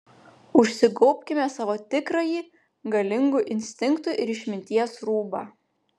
užsigaubkime savo tikrąjį galingų instinktų ir išminties rūbą